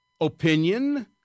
opinion